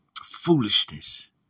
foolishness